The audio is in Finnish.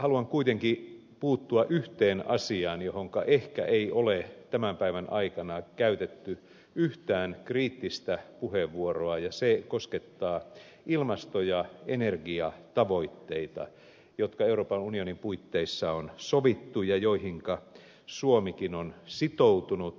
haluan kuitenkin puuttua yhteen asiaan josta ehkä ei ole tämän päivän aikana käytetty yhtään kriittistä puheenvuoroa ja se koskettaa ilmasto ja energiatavoitteita jotka euroopan unionin puitteissa on sovittu ja joihinka suomikin on sitoutunut